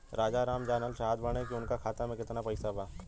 राजाराम जानल चाहत बड़े की उनका खाता में कितना पैसा बा?